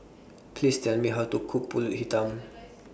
Please Tell Me How to Cook Pulut Hitam